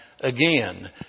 again